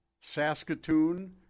Saskatoon